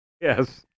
Yes